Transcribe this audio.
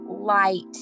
light